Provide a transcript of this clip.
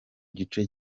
gice